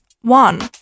One